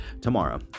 tomorrow